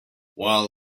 while